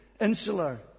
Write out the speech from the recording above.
insular